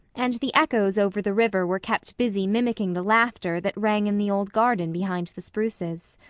and the echoes over the river were kept busy mimicking the laughter that rang in the old garden behind the spruces.